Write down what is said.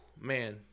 man